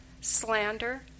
slander